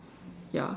ya